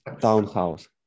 townhouse